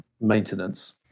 Maintenance